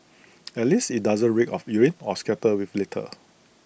at least IT doesn't reek of urine or scattered with litter